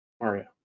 Mario